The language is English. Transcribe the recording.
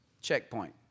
checkpoint